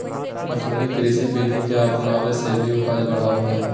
आधुनिक कृषि विधि के अपनाबे से भी उपज बढ़ो हइ